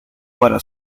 para